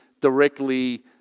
directly